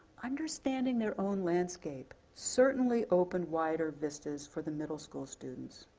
understanding their own landscape certainly opened wider vistas for the middle school students.